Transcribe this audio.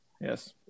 Yes